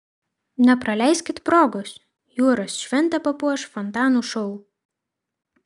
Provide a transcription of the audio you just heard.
nepraleiskit progos jūros šventę papuoš fontanų šou